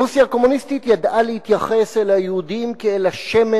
רוסיה הקומוניסטית ידעה להתייחס ליהודים כאל השמן